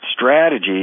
Strategy